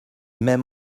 même